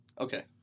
Okay